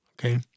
Okay